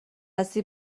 هستی